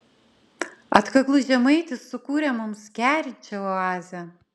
atkaklus žemaitis sukūrė mums kerinčią oazę